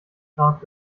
grab